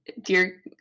dear